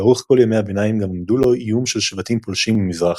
לאורך כל ימי הביניים גם עמד לו איום של שבטים פולשים ממזרח,